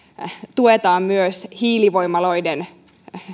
tuetaan myös hiilivoimaloiden